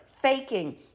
faking